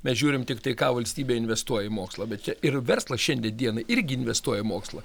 mes žiūrim tiktai ką valstybė investuoja į mokslą bet čia ir verslas šiandien dienai irgi investuoja į mokslą